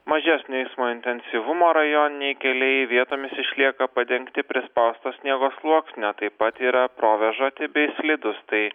mažesnio eismo intensyvumo rajoniniai keliai vietomis išlieka padengti prispausto sniego sluoksnio taip pat yra provėžoti bei slidūs tai